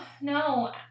no